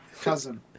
Cousin